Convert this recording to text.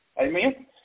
Amen